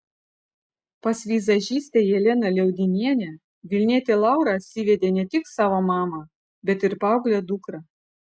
pas vizažistę jeleną liaudinienę vilnietė laura atsivedė ne tik savo mamą bet ir paauglę dukrą